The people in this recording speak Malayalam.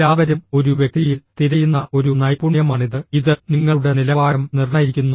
എല്ലാവരും ഒരു വ്യക്തിയിൽ തിരയുന്ന ഒരു നൈപുണ്യമാണിത് ഇത് നിങ്ങളുടെ നിലവാരം നിർണ്ണയിക്കുന്നു